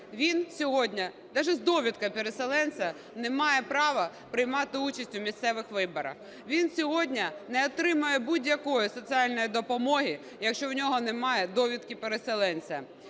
Він сьогодні навіть з довідкою переселенця не має права приймати участь у місцевих виборах. Він сьогодні не отримає будь-якої соціальної допомоги, якщо в нього немає довідки переселенця.